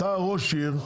אתה ראש עיר,